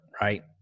right